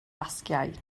basgiaid